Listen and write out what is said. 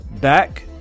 back